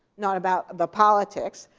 not about the politics.